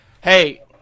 hey